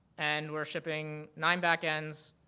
and we're shipping nine back ends.